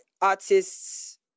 artists